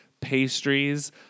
pastries